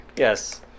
Yes